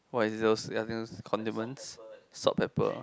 what is this those those condiment salt pepper